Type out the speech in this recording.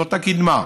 זאת הקדמה.